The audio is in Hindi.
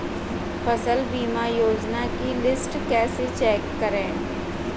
फसल बीमा योजना की लिस्ट कैसे चेक करें?